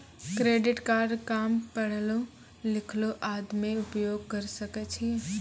Credit card काम पढलो लिखलो आदमी उपयोग करे सकय छै?